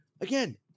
Again